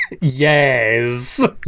Yes